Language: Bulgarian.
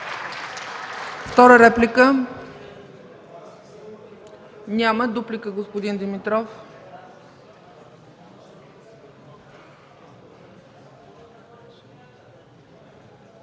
Втора реплика? Няма. Дуплика – господин Димитров.